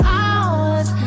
hours